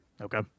Okay